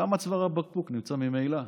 שם צוואר הבקבוק נמצא ממילא,